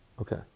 Okay